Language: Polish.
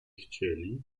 chcieli